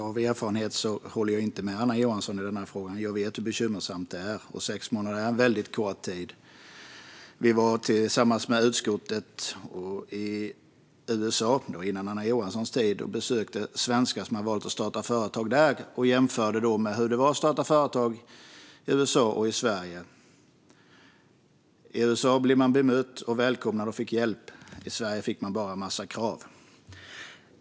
Fru talman! Jag håller inte med Anna Johansson. Jag vet av erfarenhet hur bekymmersamt det är, och sex månader är väldigt kort tid. Innan Anna Johansson kom till utskottet var vi i USA. Vi besökte svenskar som valt att starta företag där och jämförde hur det var att starta företag i USA respektive Sverige. I USA blir man bemött och välkomnad och får hjälp, men i Sverige får man bara en massa krav.